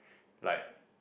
like